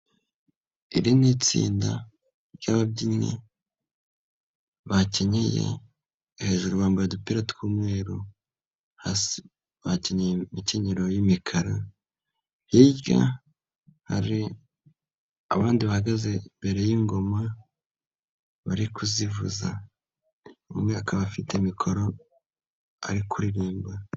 Iri ni itsinda ry'ababyinnyi bakenyeye hejuru bambaye udupira tw'umweru, hasi bakenyeye imikeiro y'imikara, hirya hari abandi bahagaze imbere y'ingoma bari kuzivuza umwe akaba afite mikoro ari kuririmba.